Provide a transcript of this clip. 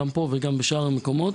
גם פה וגם בשאר המקומות.